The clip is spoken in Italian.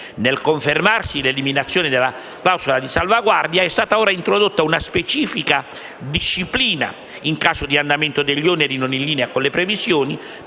Nel confermarsi l'eliminazione della clausola di salvaguardia, è stata ora introdotta una specifica disciplina in caso di andamento degli oneri non in linea con le previsioni,